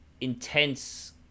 intense